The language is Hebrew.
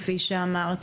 כפי שאמרת.